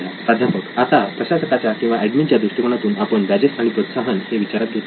प्राध्यापक आता प्रशासकाच्या किंवा एडमिन च्या दृष्टिकोनातून आपण बॅजेस आणि प्रोत्साहन हे विचारात घेतले आहेत